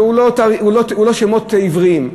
אלה לא שמות עבריים.